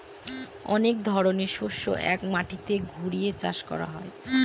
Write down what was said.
অনেক ধরনের শস্য এক মাটিতে ঘুরিয়ে চাষ করা হয়